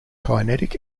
kinetic